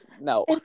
no